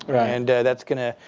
and that's going to,